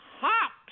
hops